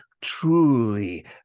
truly